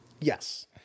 Yes